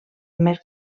més